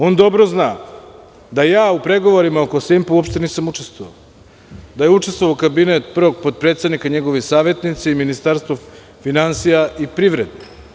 On dobro zna da o pregovorima oko „Simpa“ uopšte nisam učestvovao, da je učestvovao kabinet prvog potpredsednika, njegovi savetnici i Ministarstvo finansija i privrede.